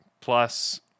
plus